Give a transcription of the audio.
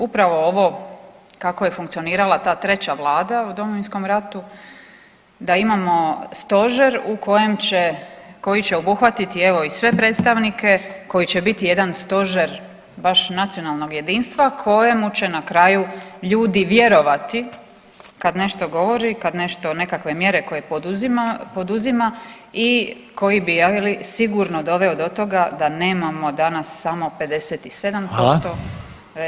Upravo ovo kako je funkcionirala ta 3. Vlada u Domovinskom ratu da imamo stožer u kojem će, koji će obuhvatiti evo i sve predstavnike koji će biti jedan stožer baš nacionalnog jedinstva kojemu će na kraju ljudi vjerovati kada nešto govori, kada nešto nekakve mjere koje poduzima i koji bi je li sigurno doveo do toga da nemamo danas samo 57% već možda 87%